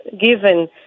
given